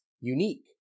unique